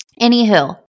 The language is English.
Anywho